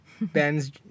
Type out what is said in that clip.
Ben's